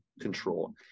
control